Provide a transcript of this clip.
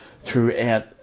throughout